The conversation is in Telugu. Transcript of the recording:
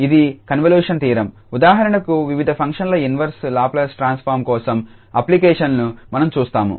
ఇది కన్వల్యూషన్ థీరం ఉదాహరణకు వివిధ ఫంక్షన్ల ఇన్వర్స్ లాప్లేస్ ట్రాన్స్ఫార్మ్ కోసం అప్లికేషన్లను మనం చూస్తాము